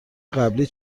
قبلی